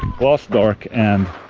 gloss, dark and.